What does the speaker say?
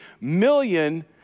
million